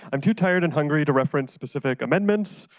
i'm too tired and hungry to reference specific amendments,